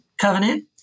covenant